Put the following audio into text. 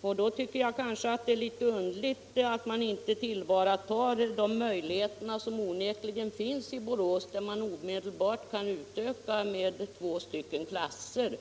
Då tycker jag att det är litet underligt att man inte tillvaratar de möjligheter som onekligen finns i Borås, där man omedelbart kan göra en utökning med två klasser.